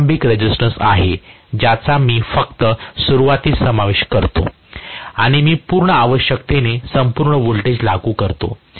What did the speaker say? तर हा प्रारंभिक रेसिस्टन्स आहे ज्याचा मी फक्त सुरूवातीस समावेश करतो आणि मी आवश्यकतेने संपूर्ण व्होल्टेज लागू करतो